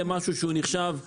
זה משהו שנחשב כפריבילגיה.